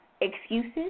excuses